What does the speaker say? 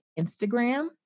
Instagram